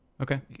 okay